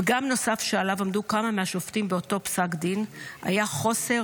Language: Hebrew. פגם נוסף שעליו עמדו כמה מהשופטים באותו פסק דין היה חוסר